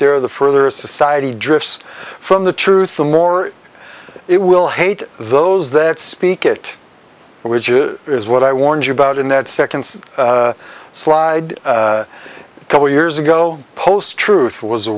there the further a society drifts from the truth the more it will hate those that speak it which is is what i warned you about in that second slide a couple of years ago post truth was